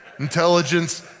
Intelligence